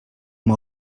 amb